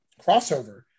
crossover